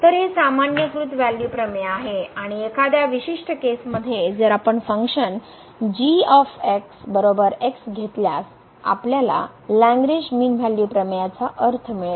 तर हे सामान्यीकृत व्हेल्यू प्रमेय आहे आणि एखाद्या विशिष्ट केसमध्ये जर आपण फंक्शन घेतल्यास आपल्याला लग्रेंज मीन व्हॅल्यू प्रमेयचा अर्थ मिळेल